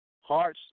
Heart's